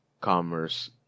commerce